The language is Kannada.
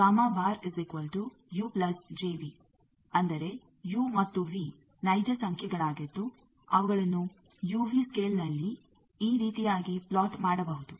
ಅಂದರೆ ಯು ಮತ್ತು ವಿ ನೈಜ ಸಂಖ್ಯೆಗಳಾಗಿದ್ದು ಅವುಗಳನ್ನು ಯುವಿ ಸ್ಕೇಲ್ನಲ್ಲಿ ಈ ರೀತಿಯಾಗಿ ಪ್ಲಾಟ್ ಮಾಡಬಹುದು